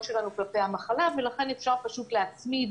שלנו כלפי המחלה ולכן אפשר פשוט להצמיד